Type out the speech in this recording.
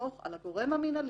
לסמוך על הגורם המינהלי,